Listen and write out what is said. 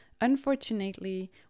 unfortunately